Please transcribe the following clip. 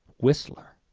whistler.